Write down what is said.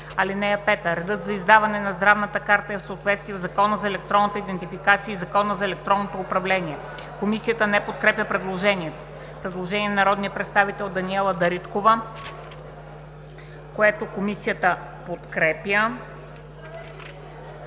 чл.58. (5) Редът за издаване на здравната карта е в съответствие със Закона за електронната идентификация и Закона за електронното управление.“ Комисията не подкрепя предложението. Предложение на народния представител Даниела Дариткова. Комисията подкрепя